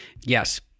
yes